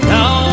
Now